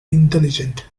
intelligent